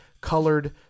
colored